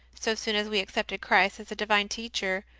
so soon as we accepted christ as a divine teacher,